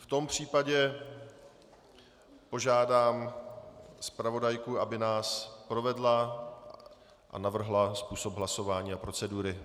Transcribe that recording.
V tom případě požádám zpravodajku, aby nás provedla a navrhla způsob hlasování a procedury.